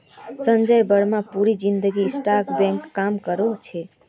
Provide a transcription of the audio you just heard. संजय बर्मा पूरी जिंदगी stock broker काम करो छे